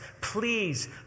please